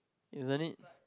isn't it